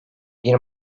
bir